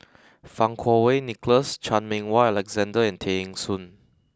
Fang Kuo Wei Nicholas Chan Meng Wah Alexander and Tay Eng Soon